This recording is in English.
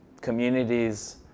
communities